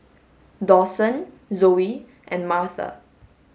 Dawson Zoe and Martha